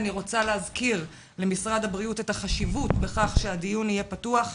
אני רוצה להזכיר למשרד הבריאות את החשיבות בכך שהדיון יהיה פתוח,